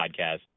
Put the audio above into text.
podcast